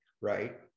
right